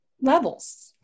Levels